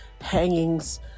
hangings